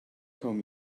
comb